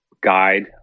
guide